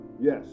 yes